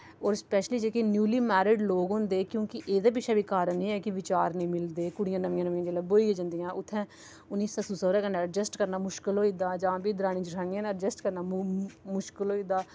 और सपैशली जेह्के newly married लोक होंदे क्युंकि एह्दे पिच्छे बी कारण एह् ऐ कि बिचार निं मिलदे कुड़ियां नमियां नमियां जेल्लै ब्योईयै जंदियां उत्थै उनें सस्सु सोह्रे कन्नै एडजैस्ट होना मुश्कल होई दा जां फ्ही दरानी जठानी कन्नै एडजैस्ट करना मुश्कल होई दा